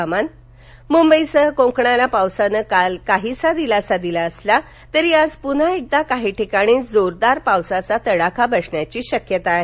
हवामान मुंबइसह कोकणाला पावसानं काल काहीसा दिलासा दिला असला तरी आज पुन्हा क्रिदा काही ठिकाणी जोरदार पावसाचा तडाखा बसण्याची शक्यता आहे